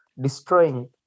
destroying